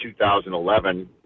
2011